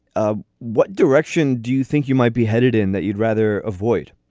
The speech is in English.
ah what direction do you think you might be headed in that you'd rather avoid?